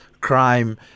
crime